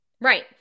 Right